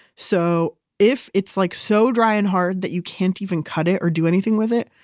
so if it's like so dry and hard that you can't even cut it or do anything with it,